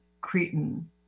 Cretan